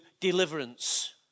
deliverance